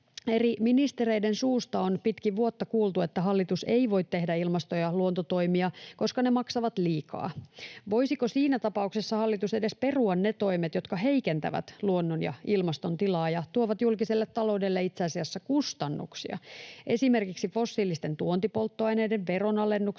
Eri ministereiden suusta on pitkin vuotta kuultu, että hallitus ei voi tehdä ilmasto- ja luontotoimia, koska ne maksavat liikaa. Voisiko siinä tapauksessa hallitus perua edes ne toimet, jotka heikentävät luonnon ja ilmaston tilaa ja tuovat julkiselle taloudelle itse asiassa kustannuksia? Esimerkiksi fossiilisten tuontipolttoaineiden veronalennukset